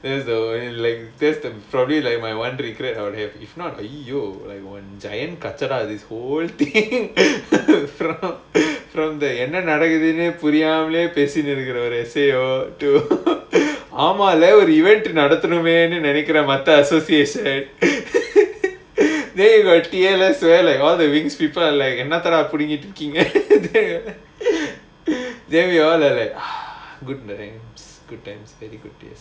there's the only like that's like probably like my one regret I would have if not !aiyoyo! this whole thing from from there and then என்ன நடக்குதுன்னு புரியாமயே பேசிடிருக்க:enna nadakuthunnu puriyaamayae pesitrukka then if I all the wings people are like என்னத்தடா புடுங்கிட்டுருக்கீங்க:ennathada pudunkitrukeenga then we all are like ah good times good times very good days